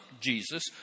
Jesus